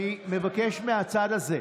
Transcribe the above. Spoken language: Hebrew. אני מבקש מהצד הזה,